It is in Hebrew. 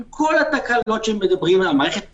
עם כל התקלות המערכת עובדת,